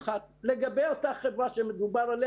לגבי אותה חברה בה מדובר.